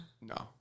no